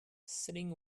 setting